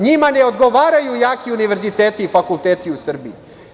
Njima ne odgovaraju jaki univerziteti i fakulteti u Srbiji.